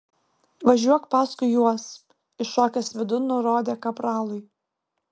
važiuok paskui juos įšokęs vidun nurodė kapralui